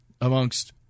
amongst